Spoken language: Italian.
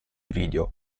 video